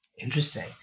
Interesting